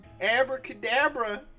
Abracadabra